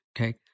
okay